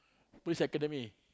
police academy